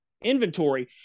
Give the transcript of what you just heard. inventory